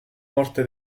morte